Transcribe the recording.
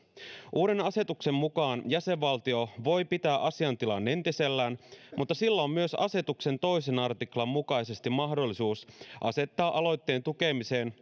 uuden asetuksen mukaan jäsenvaltio voi pitää asiantilan entisellään mutta silloin myös asetuksen toisen artiklan mukaisesti on mahdollisuus asettaa aloitteen tukemiseen